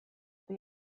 they